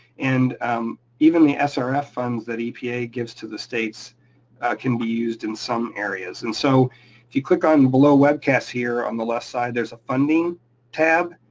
and um even the srf ah funds that epa gives to the states can be used in some areas, and so if you click on below webcast here on the left side, there's a funding tab,